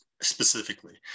specifically